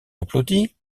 applaudi